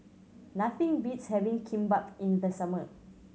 nothing beats having Kimbap in the summer